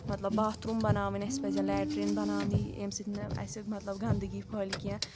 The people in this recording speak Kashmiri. مطلب باتھروٗم بَناوٕنۍ اَسہِ پَزَن لَیٹریٖن بَناونہِ ییٚمہِ سۭتۍ نہٕ اَسہِ مطلب گنٛدٕگی پھٔہلہِ کینٛہہ